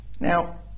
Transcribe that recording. Now